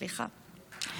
סליחה.